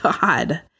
God